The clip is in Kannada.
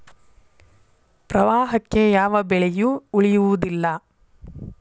ಪ್ರವಾಹಕ್ಕೆ ಯಾವ ಬೆಳೆಯು ಉಳಿಯುವುದಿಲ್ಲಾ